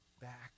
back